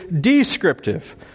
descriptive